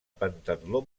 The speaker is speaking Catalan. pentatló